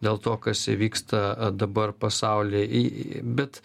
dėl to kas vyksta dabar pasauly į bet